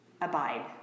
Abide